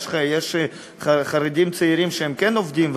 יש חרדים צעירים שהם כן עובדים,